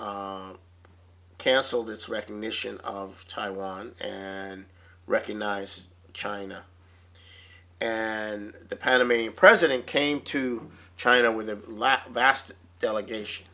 canceled its recognition of taiwan and recognize china and the panamanian president came to china with their latin vast delegation